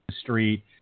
Street